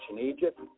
Egypt